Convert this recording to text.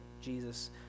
Jesus